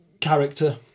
character